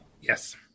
Yes